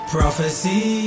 Prophecy